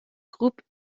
groupe